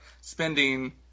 spending